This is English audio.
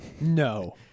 No